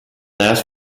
ask